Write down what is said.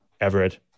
Everett